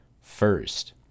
first